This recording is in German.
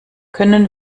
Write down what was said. können